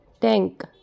Tank